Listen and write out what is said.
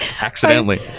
accidentally